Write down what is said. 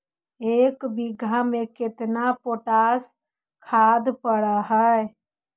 एक बिघा में केतना पोटास खाद पड़ है?